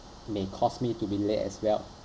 may cause me to be late as well